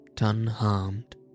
unharmed